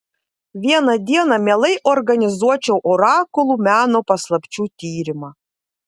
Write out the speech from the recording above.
vieną dieną mielai organizuočiau orakulų meno paslapčių tyrimą